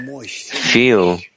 feel